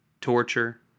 torture